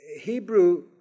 Hebrew